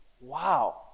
Wow